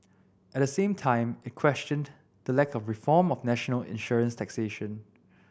at the same time it questioned the lack of reform of national insurance taxation